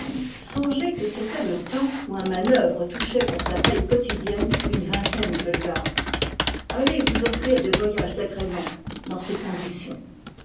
songez que c'était le temps où un manœuvre touchait pour sa paye quotidienne une vingtaine de liards allez vous offrir des voyages d'agrément dans ces conditions